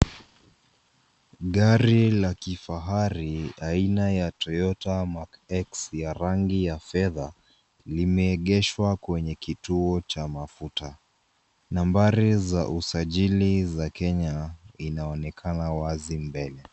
Gari la kifahari aina ya TOYOTA X ya rangi ya fedha, limeegeshwa kwenye kituo cha mafuta. Nambari za usajili za Kenya inaonekana wazi mbele.